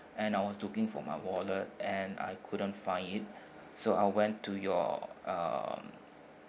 and I was looking for my wallet and I couldn't find it so I went to your uh